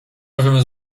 możemy